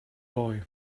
boy